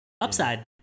Upside